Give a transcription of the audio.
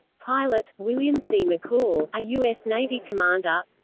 pilot william c. mccool, a u s. navy commander